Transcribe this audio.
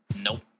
Nope